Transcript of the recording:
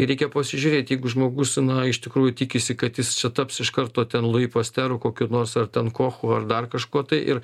reikia pasižiūrėti jeigu žmogus na iš tikrųjų tikisi kad jis taps iš karto ten lui posteru kokiu nors ar ten kochu ar dar kažkuo tai ir